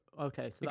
Okay